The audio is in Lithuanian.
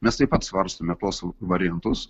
mes taip pat svarstome tuos variantus